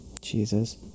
Jesus